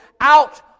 out